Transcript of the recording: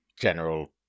general